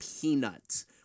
peanuts